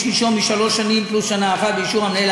נישום משלוש שנים פלוס שנה אחת באישור המנהל,